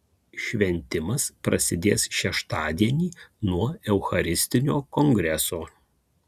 šventimas prasidės šeštadienį nuo eucharistinio kongreso